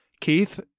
keith